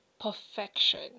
perfection